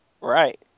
Right